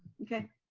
okay.